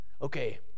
Okay